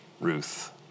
Ruth